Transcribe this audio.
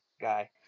guy